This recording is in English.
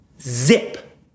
zip